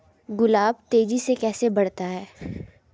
गुलाब तेजी से कैसे बढ़ता है?